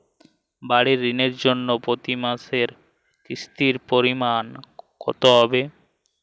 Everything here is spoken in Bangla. বাড়ীর ঋণের জন্য প্রতি মাসের কিস্তির পরিমাণ কত হবে?